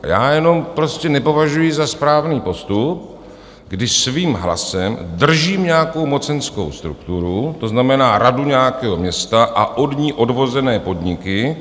Já jenom prostě nepovažuji za správný postup, když svým hlasem držím nějakou mocenskou strukturu, to znamená, radu nějakého města a od ní odvozené podniky.